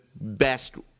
best